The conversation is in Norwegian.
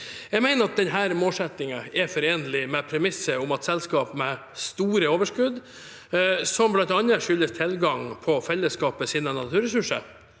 Jeg mener at denne målsettingen er forenlig med premisset om at selskap med store overskudd, som bl.a. skyldes tilgang til fellesskapets naturressurser,